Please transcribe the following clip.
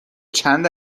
چند